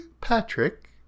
Patrick